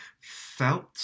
felt